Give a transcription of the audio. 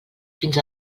fins